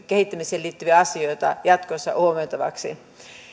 kehittämiseen liittyviä asioita jatkossa huomioitavaksi